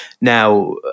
Now